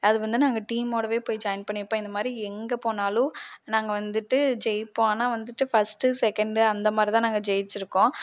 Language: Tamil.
அது வந்து நாங்கள் டீமோடவே போய் ஜாயின் பண்ணிப்போம் இந்த மாதிரி எங்கே போனாலும் நாங்கள் வந்துட்டு ஜெயிப்போம் ஆனால் வந்துட்டு ஃபஸ்ட்டு செகண்ட்டு அந்த மாரிதான் நாங்கள் ஜெயிச்சிருக்கோம்